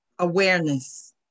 awareness